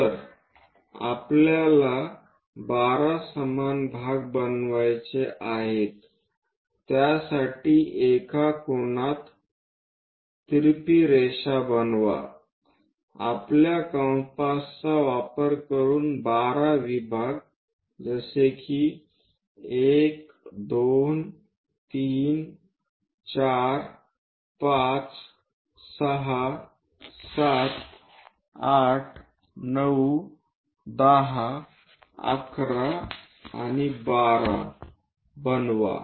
तर आपल्याला 12 समान भाग बनवायचे आहे त्यासाठी एक कोनात तिरपी रेषा बनवा आपल्या कंपासचा वापर करून 12 विभाग 1 2 3 4 5 6 7 8 9 10 11 आणि 12 बनवा